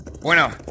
Bueno